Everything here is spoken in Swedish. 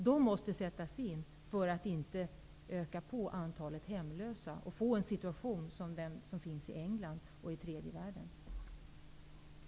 Det här måste göras, så att inte antalet hemlösa ökar och en sådan situation skapas som den i